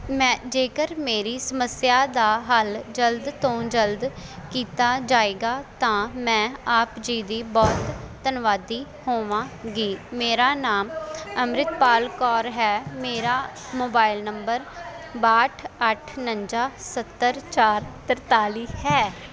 ਮੈਂ ਜੇਕਰ ਮੇਰੀ ਸਮੱਸਿਆ ਦਾ ਹੱਲ ਜਲਦ ਤੋਂ ਜਲਦ ਕੀਤਾ ਜਾਵੇਗਾ ਤਾਂ ਮੈਂ ਆਪ ਜੀ ਦੀ ਬਹੁਤ ਧੰਨਵਾਦੀ ਹੋਵਾਂਗੀ ਮੇਰਾ ਨਾਮ ਅੰਮ੍ਰਿਤਪਾਲ ਕੌਰ ਹੈ ਮੇਰਾ ਮੋਬਾਇਲ ਨੰਬਰ ਬਾਹਟ ਅੱਠ ਉਣੰਜਾ ਸੱਤਰ ਚਾਰ ਤਰਤਾਲੀ ਹੈ